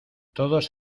todos